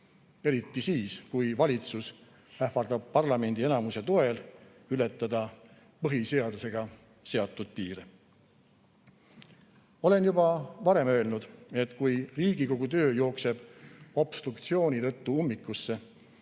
eriti siis, kui valitsus ähvardab parlamendienamuse toel ületada põhiseadusega seatud piire. Olen juba varem öelnud, et kui Riigikogu töö jookseb obstruktsiooni tõttu ummikusse,